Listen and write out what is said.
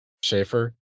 Schaefer